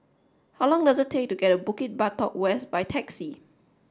how long does it take to get to Bukit Batok West by taxi